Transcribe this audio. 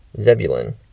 Zebulun